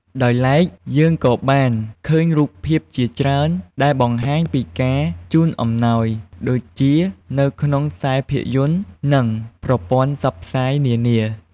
ដោយឡែក យើងក៏បានឃើញរូបភាពជាច្រើនដែលបង្ហាញពីការជូនអំណោយ ដូចជានៅក្នុងខ្សែភាពយន្ត និង ប្រព័ន្ធផ្សព្វផ្សាយនានា។